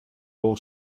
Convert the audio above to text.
all